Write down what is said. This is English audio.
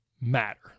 matter